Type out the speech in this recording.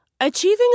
Achieving